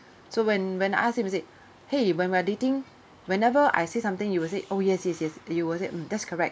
so when when ask he will say !hey! when we're dating whenever I say something you will say oh yes yes yes you will say mm that's correct